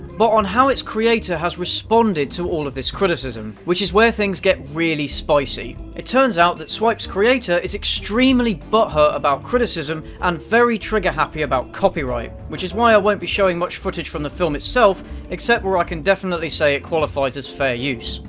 but on how its creator has responded to all of this criticism which is where things get really spicy. it turns out that swiped's creator is extremely butthurt about criticism and very trigger-happy about copyright, which is why i won't be showing much footage from the film itself except, where i can definitely say it qualifies as fair use.